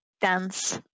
dance